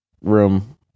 room